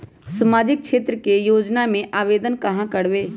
सामाजिक क्षेत्र के योजना में आवेदन कहाँ करवे?